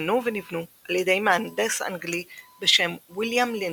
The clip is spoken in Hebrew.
שתוכננו ונבנו על ידי מהנדס אנגלי בשם ויליאם לינדלי,